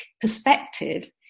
perspective